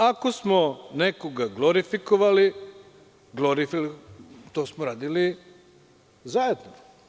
Ako smo nekoga glorifikovali, to smo radili zajedno.